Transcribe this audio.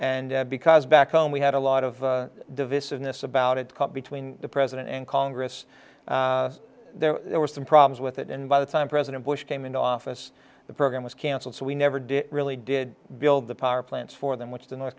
and because back home we had a lot of divison this about it caught between the president and congress there were some problems with it and by the time president bush came into office the program was cancelled so we never did really did build the power plants for them which the north